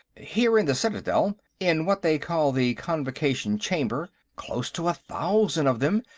here in the citadel, in what they call the convocation chamber. close to a thousand of them,